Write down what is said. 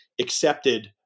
accepted